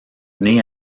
nez